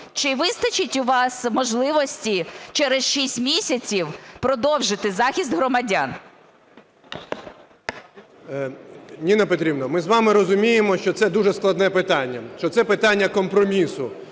Чи вистачить у вас можливості через 6 місяців продовжити захист громадян? 11:03:58 ГЕТМАНЦЕВ Д.О. Ніно Петрівно, ми з вами розуміємо, що це дуже складне питання, що це питання компромісу